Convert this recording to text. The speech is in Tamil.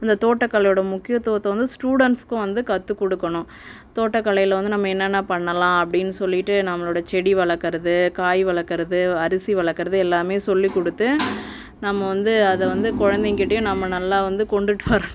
அந்த தோட்டக்கலையோட முக்கியத்துவத்தை வந்து ஸ்டுடெண்ட்ஸுக்கும் வந்து கற்றுக்குடுக்குணும் தோட்டக்கலையில் வந்து நம்ம என்னென்ன பண்ணலாம் அப்படின்னு சொல்லிவிட்டு நம்மளோட செடி வளர்க்குறது காய் வளர்குறது அரிசி வளர்குறது எல்லாமே சொல்லிக்கொடுத்து நம்ம வந்து அதை வந்து குழந்தைங்கக்கிட்டையும் நம்ம நல்லா வந்து கொண்டுட்டு வரணும்